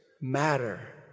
matter